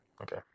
Okay